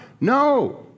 No